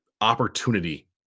opportunity